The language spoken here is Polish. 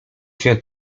się